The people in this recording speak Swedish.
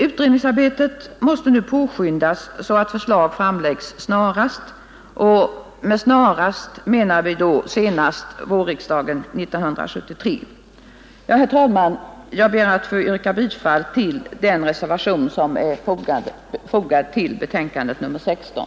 Utredningsarbetet måste nu påskyndas, så att förslag framläggs snarast, och med snarast menar vi då senast vårriksdagen 1973. Herr talman! Jag ber att få yrka bifall till den reservation som är fogad till socialförsäkringsutskottets betänkande nr 16.